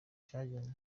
cyagenze